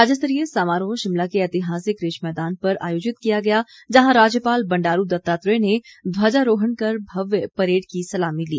राज्यस्तरीय समारोह शिमला के ऐतिहासिक रिज मैदान पर आयोजित किया गया जहां राज्यपाल बंडारू दत्तात्रेय ने ध्वजारोहण कर भव्य परेड की सलामी ली